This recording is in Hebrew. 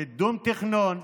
קידום תכנון.